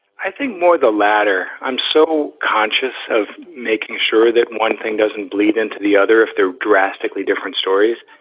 i think more the latter. i'm so conscious of making sure that one thing doesn't bleed into the other if they're drastically different stories,